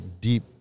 deep